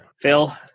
Phil